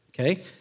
okay